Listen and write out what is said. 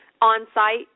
on-site